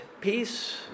peace